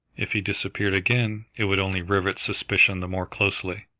if he disappeared again, it would only rivet suspicion the more closely.